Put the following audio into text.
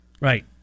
Right